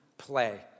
play